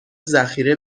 ذخیره